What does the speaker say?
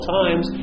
times